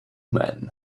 men